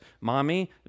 mommy